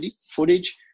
footage